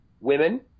women –